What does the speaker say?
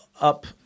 up